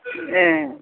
ए